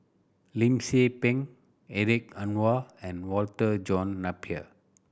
Lim Tze Peng Hedwig Anuar and Walter John Napier